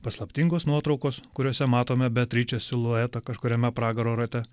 paslaptingos nuotraukos kuriose matome beatričės siluetą kažkuriame pragaro rate